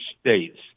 States